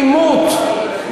עימות,